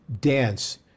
dance